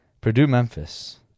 Purdue-Memphis